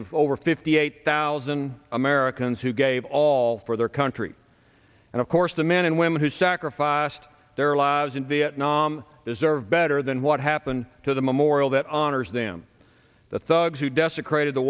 of over fifty eight thousand americans who gave all for their country and of course the men and women who sacrificed their lives in vietnam deserve better than what happened to the memorial that honors them the thugs who desecrated the